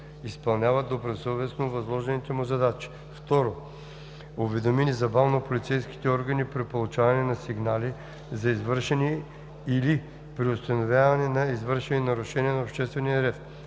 изпълнява добросъвестно възложените му задачи; 2. уведоми незабавно полицейските органи при получаване на сигнали за извършени или при установяване на извършени нарушения на обществения ред;